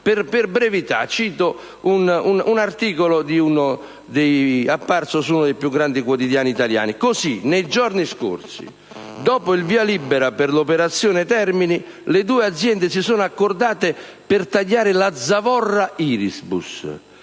campana. Cito un articolo apparso su uno dei più grandi quotidiani italiani: «Così nei giorni scorsi, dopo il via libera per l'operazione Termini, le due aziende si sono accordate per tagliare la zavorra Irisbus.